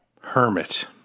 hermit